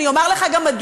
ואני גם אומר לך מדוע.